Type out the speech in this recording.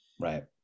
Right